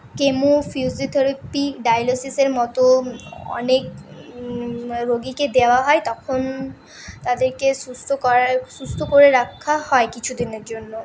chemo physiotherapy ডায়ালিসিসের মতো অনেক রোগীকে দেওয়া হয় তখন তাদেরকে সুস্থ করার সুস্থ করে রাখা হয় কিছুদিনের জন্য